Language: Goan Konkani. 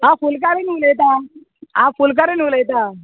हांव फुलकारीन उलयतां हांव फुलकारीन उलयतां